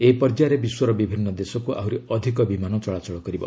ଏହି ପର୍ଯ୍ୟାୟରେ ବିଶ୍ୱର ବିଭିନ୍ନ ଦେଶକୁ ଆହୁରି ଅଧିକ ବିମାନ ଚଳାଚଳ କରିବ